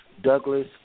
Douglas